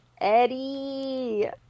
eddie